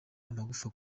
amagufa